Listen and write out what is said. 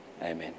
Amen